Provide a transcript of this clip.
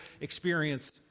experience